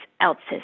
else's